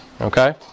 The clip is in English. Okay